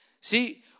see